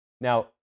Now